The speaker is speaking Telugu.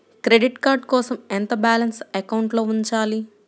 క్రెడిట్ కార్డ్ కోసం ఎంత బాలన్స్ అకౌంట్లో ఉంచాలి?